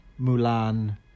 Mulan